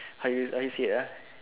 how you how you say it uh